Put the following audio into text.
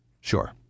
Sure